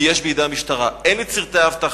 ויש בידי המשטרה הן את סרטי האבטחה,